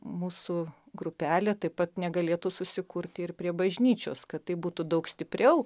mūsų grupelė taip pat negalėtų susikurti ir prie bažnyčios kad tai būtų daug stipriau